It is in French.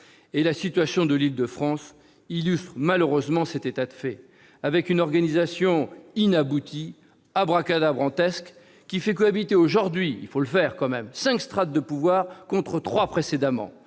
La situation de l'Île-de-France illustre malheureusement cet état de fait, avec une organisation inaboutie, « abracadabrantesque », qui fait cohabiter aujourd'hui cinq strates de pouvoir contre trois précédemment.